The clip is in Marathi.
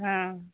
हां